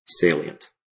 salient